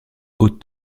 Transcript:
haute